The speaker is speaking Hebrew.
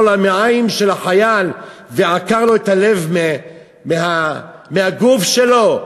למעיים של החייל ועקר לו את הלב מהגוף שלו,